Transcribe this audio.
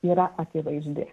yra akivaizdi